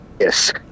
Yes